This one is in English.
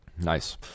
Nice